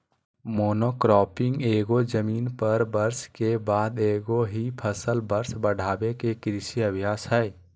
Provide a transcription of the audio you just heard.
monocropping एगो जमीन पर वर्ष के बाद एगो ही फसल वर्ष बढ़ाबे के कृषि अभ्यास हइ